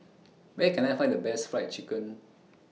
Where Can I Find The Best Fried Chicken